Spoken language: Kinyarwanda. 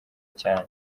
cyane